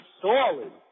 solid